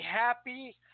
happy